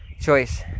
choice